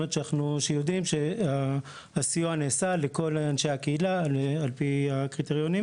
כלומר שיודעים שהסיוע נעשה לכל אנשי הקהילה על פי הקריטריונים